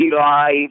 Eli